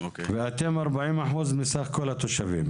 ואתם ארבעים אחוז מסך כל התושבים?